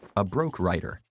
a broke writer,